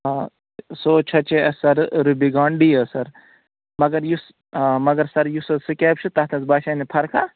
آ سُہ حظ چھَچے اَسہِ سر رُبی گان ڈی حظ سر مگر یُس آ مگر سر یُس سُہ سِکیب چھِ تَتھ حظ باسے نہٕ فرقا